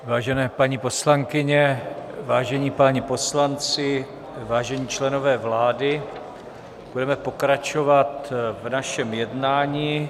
Vážené paní poslankyně, vážení páni poslanci, vážení členové vlády, budeme pokračovat v našem jednání.